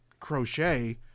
crochet